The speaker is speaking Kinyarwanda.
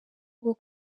bwo